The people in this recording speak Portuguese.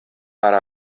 para